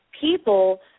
people –